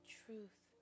truth